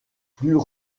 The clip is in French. plus